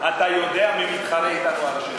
אתה יודע מי מתחרה אתנו על השטח.